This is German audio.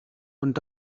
und